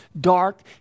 dark